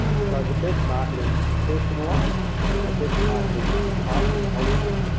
so the best marketing is personalized and the best marketing is i think helpful.